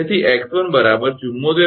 તેથી 𝑥1 74